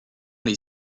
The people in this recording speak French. les